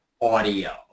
audio